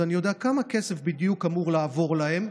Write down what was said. אז אני יודע בדיוק כמה כסף אמור לעבור אליהם.